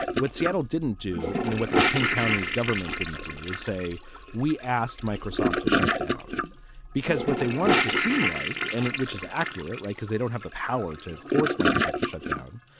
what seattle didn't do know what the king county government didn't do is say we asked microsoft to shut down because what they wanted to seem like and which is accurate, right. because they don't have the power to force microsoft to shut down.